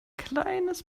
kleines